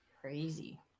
Crazy